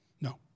No